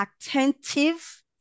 attentive